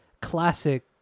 classic